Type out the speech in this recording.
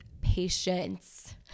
patience